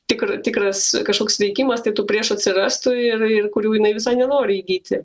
tikr tikras kažkoks veikimas tai tų prieš atsirastų ir ir kurių jinai visai nenori įgyti